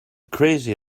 crazy